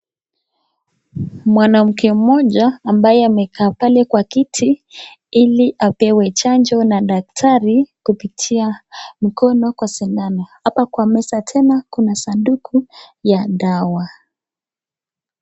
Mwanamke moja ambaye amekaa pale kwa kiti ili apewe chanjo na daktari kupitia mkono kwa sindano. Hapa kwa meza tena kuna sanduku ya dawa.